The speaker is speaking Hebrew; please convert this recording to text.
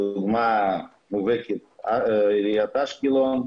דוגמה מובהקת היא עיריית אשקלון,